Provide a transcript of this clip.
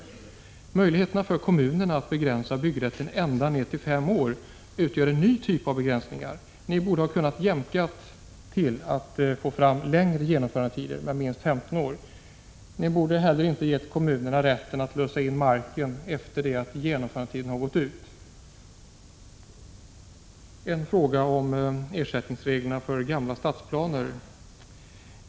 Exempelvis möjligheterna för kommunerna att begränsa byggrätten till att omfatta så kort tid som fem år utgör en ny typ av begränsningar. Ni borde ha kunnat jämka förslaget för att få fram längre genomförandetider, som omfattat minst 15 år. Ni borde inte heller ha gett kommunerna rätten att lösa in marken efter genomförandetidens utgång. Jag vill sedan ställa en fråga som gäller ersättningsreglerna i samband med gamla stadsplaner.